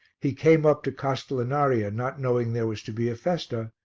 he came up to castellinaria, not knowing there was to be a festa,